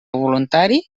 voluntari